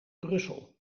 brussel